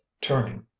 turning